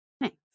Thanks